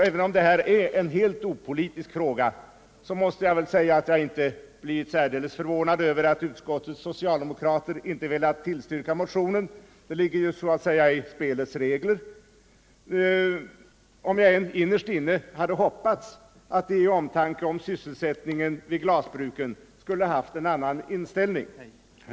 Även om detta är en helt opolitisk fråga har jag inte blivit särdeles förvånad över att utskottets socialdemokrater inte velat tillstyrka motionen — det ligger ju så att säga i spelets regler — om jag än innerst inne hoppats att de i omtanke om sysselsättningen vid glasbruken skulle ha haft en annan inställning.